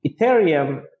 Ethereum